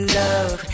love